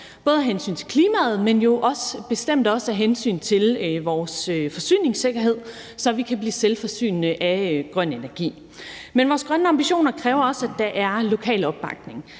både af hensyn til klimaet, men jo bestemt også af hensyn til vores forsyningssikkerhed, så vi kan blive selvforsynende med grøn energi. Men vores grønne ambitioner kræver også, at der er lokal opbakning.